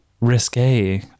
risque